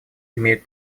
имеют